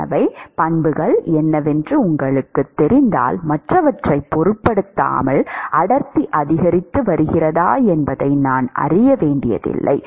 எனவே பண்புகள் என்னவென்று உங்களுக்குத் தெரிந்தால் மற்றவற்றைப் பொருட்படுத்தாமல் அடர்த்தி அதிகரித்து வருகிறதா என்பதை நான் அறிய வேண்டியதில்லை